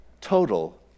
Total